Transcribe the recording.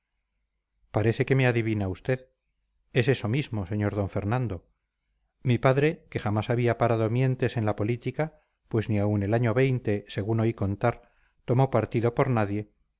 parece que me adivina usted es eso mismo sr d fernando mi padre que jamás había parado mientes en la política pues ni aun el año según oí contar tomó partido por nadie